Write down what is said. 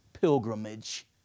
pilgrimage